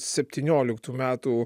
septynioliktų metų